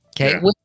okay